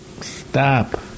stop